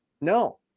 no